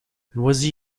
loisy